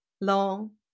long